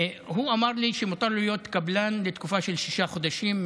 הוא אמר לי שמותר לו להיות קבלן לתקופה של שישה חודשים,